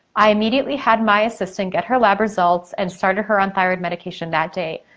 i immediately had my assistant get her lab results and started her on thyroid medication that day.